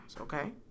okay